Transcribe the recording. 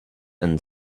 and